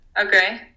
Okay